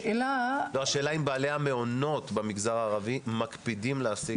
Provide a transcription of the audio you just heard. השאלה אם בעלי המעונות במגזר הערבי מקפידים להעסיק מטפלות עם הכשרה.